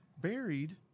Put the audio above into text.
buried